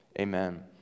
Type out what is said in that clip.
Amen